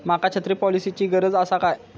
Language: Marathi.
माका छत्री पॉलिसिची गरज आसा काय?